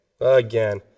Again